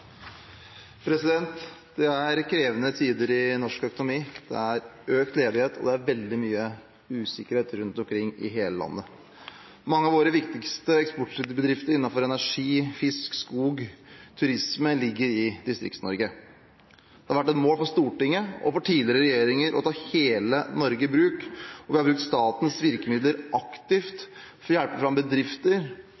krevende tider i norsk økonomi. Det er økt ledighet, og det er veldig mye usikkerhet rundt omkring i hele landet. Mange av våre viktigste eksportbedrifter innenfor energi, fisk, skog og turisme ligger i Distrikts-Norge. Det har vært et mål for Stortinget og for tidligere regjeringer å ta hele Norge i bruk, og vi har brukt statens virkemidler aktivt